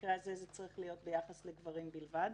שבמקרה הזה זה צריך להיות ביחס לגברים בלבד.